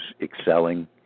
excelling